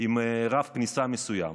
עם רף כניסה מסוים,